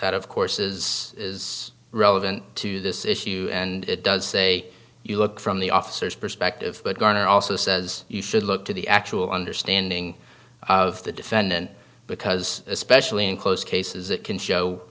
that of course is relevant to this issue and it does say you look from the officers perspective but garner also says you should look to the actual understanding of the defendant because especially in close cases it can show